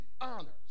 honors